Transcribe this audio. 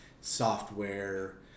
software